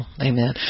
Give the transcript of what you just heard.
amen